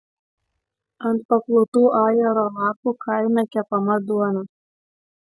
ant paklotų ajero lapų kaime kepama duona